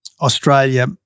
Australia